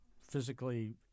physically